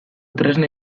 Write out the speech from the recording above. tresna